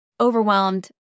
overwhelmed